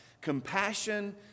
Compassion